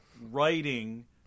writing